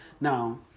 Now